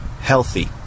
healthy